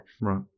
right